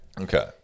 Okay